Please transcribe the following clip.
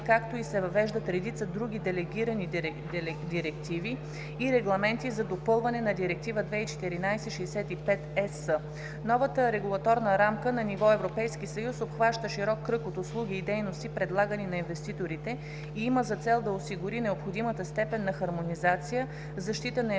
както и се въвеждат редица други делегирани директиви и регламенти за допълване на Директива 2014/65/ЕС. Новата регулаторна рамка на ниво Европейски съюз обхваща широк кръг от услуги и дейности, предлагани на инвеститорите, и има за цел да осигури необходимата степен на хармонизация, защита на